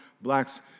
blacks